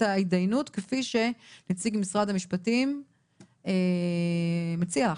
ההתדיינות כפי שנציג משרד המשפטים מציע לך?